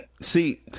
see